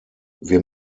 wir